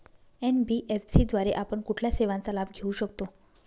NBFC द्वारे आपण कुठल्या सेवांचा लाभ घेऊ शकतो?